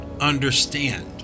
understand